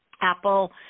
Apple